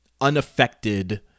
unaffected